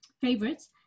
favorites